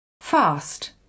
Fast